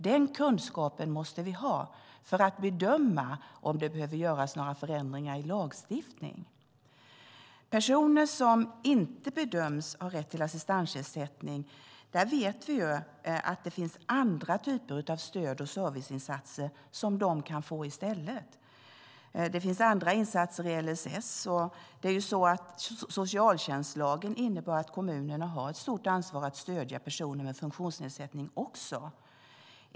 Den kunskapen måste vi ha för att bedöma om det behöver göras några förändringar i lagstiftningen. För personer som inte bedöms ha rätt till assistansersättning vet vi att det finns andra typer av stöd och serviceinsatser som de kan få i stället. Det finns andra insatser i LSS. Socialtjänstlagen innebär att kommunerna har ett stort ansvar att stödja personer med funktionsnedsättning också.